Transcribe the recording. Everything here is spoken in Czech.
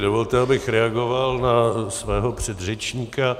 Dovolte, abych reagoval na svého předřečníka.